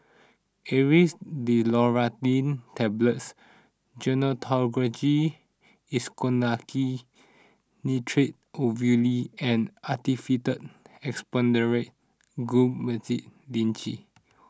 Aerius DesloratadineTablets Gyno Travogen Isoconazole Nitrate Ovule and Actified Expectorant Guaiphenesin Linctus